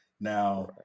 Now